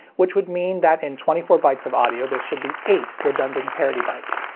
which would mean that in twenty four bytes of audio, there should be eight redundant parity bytes.